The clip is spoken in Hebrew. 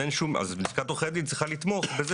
אז לשכת עורכי הדין צריכה לתמוך בזה